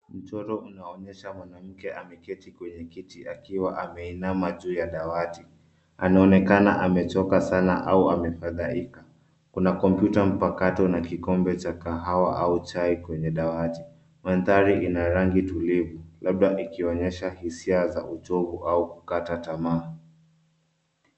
Mchoro unaoonyesha mwanamke ameketi kwenye kiti akiwa ameinama juu ya dawati. Anaoneana amechoka sana au amefadhaika. Kuna kompyuta mpakato na kikombe cha kahawa au chai kwenye dawati. Mandhari ina rangi tulivu labda ikionyesha hisia za uchovu au kukata tamaa.